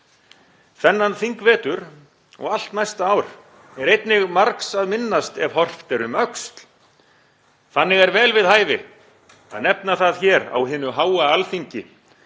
Þennan þingvetur og allt næsta ár er einnig margs að minnast ef horft er um öxl. Þannig er vel við hæfi að nefna það hér á hinu háa Alþingi